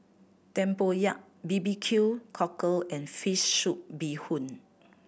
tempoyak B B Q Cockle and fish soup bee hoon